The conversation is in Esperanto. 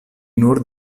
nur